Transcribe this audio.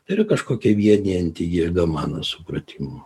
tai yra kažkokia vienijanti jėga mano supratimu